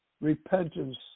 repentance